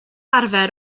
arfer